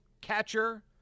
catcher